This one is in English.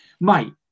Mate